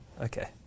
Okay